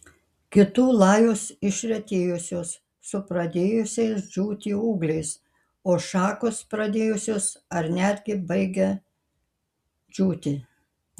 kitų lajos išretėjusios su pradėjusiais džiūti ūgliais o šakos pradėjusios ar netgi baigia džiūti